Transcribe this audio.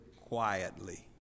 quietly